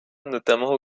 notamment